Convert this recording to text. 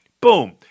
Boom